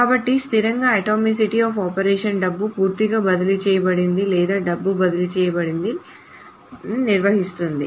కాబట్టి స్థిరంగా atomicity of operations డబ్బు పూర్తిగా బదిలీ చేయబడిందని లేదా డబ్బు బదిలీ చేయబడదని నిర్వచిస్తుంది